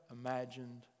imagined